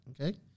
Okay